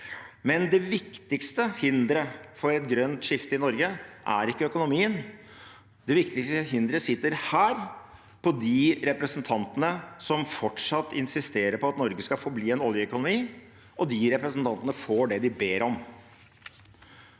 Men det viktigste hinderet for et grønt skifte i Norge er ikke økonomien. Det viktigste hinderet sitter her, de representantene som fortsatt insisterer på at Norge skal forbli en oljeøkonomi, og de representantene får det de ber om.